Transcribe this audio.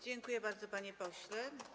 Dziękuję bardzo, panie pośle.